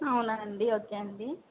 అవునా అండి ఓకే అండి